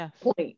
point